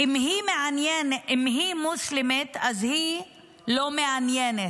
אם היא מוסלמית אז היא לא מעניינת.